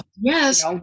yes